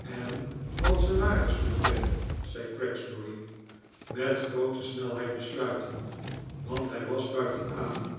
en wat salaris betreft zei gregsbury met groote snelheid besluitend want hij was buiten adem